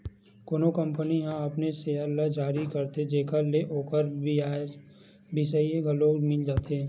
कोनो कंपनी ह अपनेच सेयर ल जारी करथे जेखर ले ओखर बिसइया घलो मिल जाथे